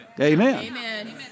Amen